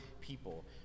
people